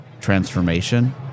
transformation